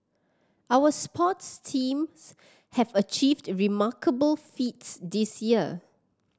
our sports teams have achieved remarkable feats this year